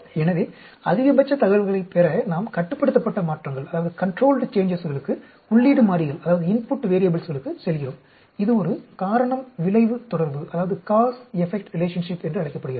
எனவே அதிகபட்ச தகவல்களைப் பெற நாம் கட்டுப்படுத்தப்பட்ட மாற்றங்களுக்கு உள்ளீட்டு மாறிகளுக்குச் செல்கிறோம் இது ஒரு காரணம் விளைவு தொடர்பு என்று அழைக்கப்படுகிறது